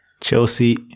Chelsea